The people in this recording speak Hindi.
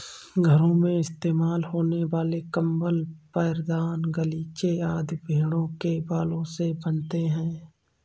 घरों में इस्तेमाल होने वाले कंबल पैरदान गलीचे आदि भेड़ों के बालों से बनते हैं